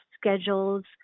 schedules